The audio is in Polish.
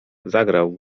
zagrał